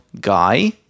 guy